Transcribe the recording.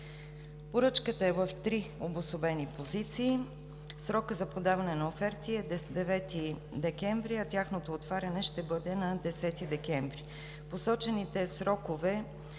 Поръчката е в три обособени позиции. Срокът за подаване на оферти е до 9 декември 2019 г., а тяхното отваряне ще бъде на 10 декември